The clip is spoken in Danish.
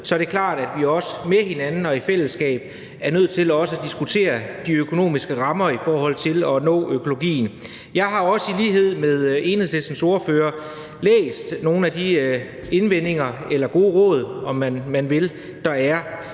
er det klart, at vi med hinanden og i fællesskab er nødt til også at diskutere de økonomiske rammer i forhold til at nå økologien. Jeg har også i lighed med Enhedslistens ordfører læst nogle af de indvendinger eller gode råd, om man vil, der er,